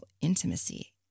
intimacy